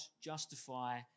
justify